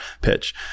pitch